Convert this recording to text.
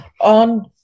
on